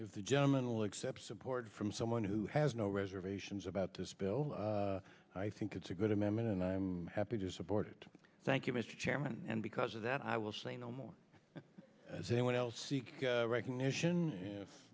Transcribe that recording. is the gentleman will accept support from someone who has no reservations about this bill i think it's a good amendment and i'm happy to support it thank you mr chairman and because of that i will say no more as anyone else seek recognition